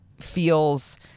feels